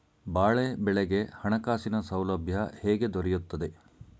ಬಾಳೆ ಬೆಳೆಗೆ ಹಣಕಾಸಿನ ಸೌಲಭ್ಯ ಹೇಗೆ ದೊರೆಯುತ್ತದೆ?